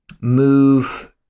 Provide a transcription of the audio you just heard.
move